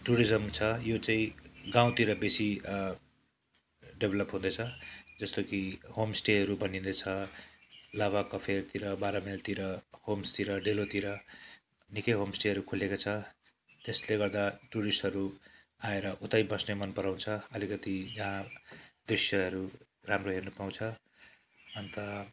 tourism छ यो चाहिँ गाउँतिर बेसी डेभ्लोप हुँदैछ जस्तो कि होमस्टेहरू बनिँदैछ लाभा कफेरतिर बाह्र माइलतिर होम्सतिर र डेलोतिर निकै होमस्टेहरू खोलिएको छ त्यसले गर्दा टुरिस्टहरू आएर उतै बस्न मनपराउँछ अलिकति जहाँ दृश्यहरू राम्रो हेर्नुपाउँछ अन्त